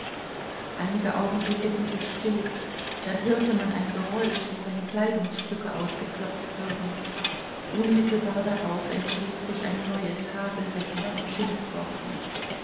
einige augenblicke blieb es still dann hörte man ein geräusch wie wenn kleidungsstücke ausgeklopft würden unmittelbar darauf entlud sich ein neues hagelwetter von schimpfworten